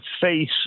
face